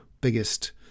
biggest